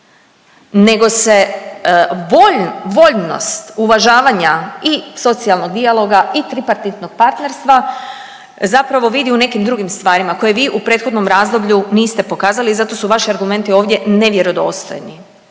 nego se voljnost uvažavanja i socijalnog dijaloga i tripartitnog partnerstva zapravo vidi u nekim drugim stvarima koje vi u prethodnom razdoblju niste pokazali i zato su vaši argumenti ovdje nevjerodostojni.